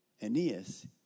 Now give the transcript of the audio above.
Aeneas